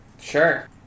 Sure